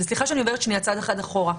סליחה שאני הולכת שנייה צעד אחד אחורה,